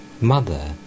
Mother